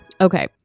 Okay